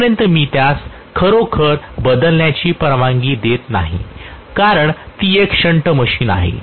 तोपर्यंत मी त्यास खरोखर बदलण्याची परवानगी देत नाही कारण ती एक शंट मशीन आहे